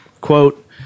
quote